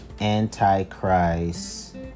antichrist